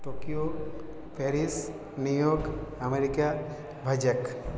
Tokyo Paris New York America Vizag